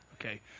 Okay